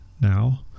now